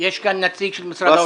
יש כאן נציג של משרד האוצר?